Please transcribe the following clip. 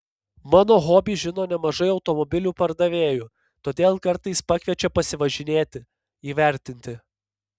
mano hobį žino nemažai automobilių pardavėjų todėl kartais pakviečia pasivažinėti įvertinti